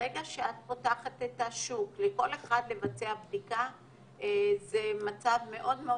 ברגע שאת פותחת את השוק לכל אחד לבצע בדיקה זה מצב מאוד מאוד